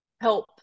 Help